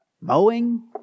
mowing